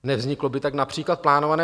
Nevzniklo by tak například plánované